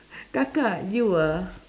kakak you ah